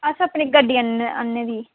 अस अपनी गड्डी आह्नी दी